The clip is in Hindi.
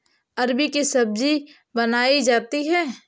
अरबी की सब्जी बनायीं जाती है